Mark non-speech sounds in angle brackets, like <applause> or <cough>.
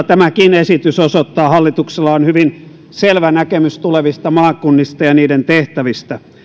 <unintelligible> tämäkin esitys osoittaa hallituksella on hyvin selvä näkemys tulevista maakunnista ja niiden tehtävistä